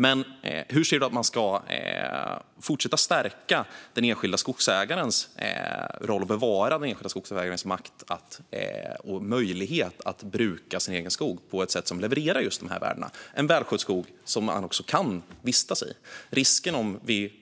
Men hur anser Elin Segerlind att man ska fortsätta stärka den enskilda skogsägarens roll och bevara den enskilda skogsägarens makt och möjlighet att bruka sin egen skog på ett sätt som levererar just de här värdena - en välskött skog som människor också kan vistas i? Risken om vi